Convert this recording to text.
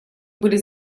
были